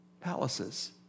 palaces